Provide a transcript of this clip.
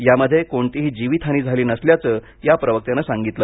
यामध्ये कोणतीही जीवितहानी झाली नसल्याचं या प्रवक्त्यानं सांगितलं